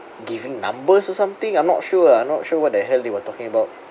giving numbers or something I'm not sure ah I'm not sure what the hell they were talking about